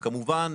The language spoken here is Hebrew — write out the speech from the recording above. וכמובן,